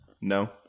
No